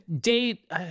date